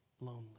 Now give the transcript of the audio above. lonely